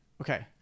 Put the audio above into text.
okay